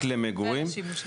זה עלה רק עכשיו.